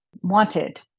wanted